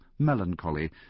melancholy